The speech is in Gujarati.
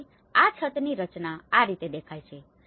તેથી આ છતની રચના આ રીતે દેખાય છે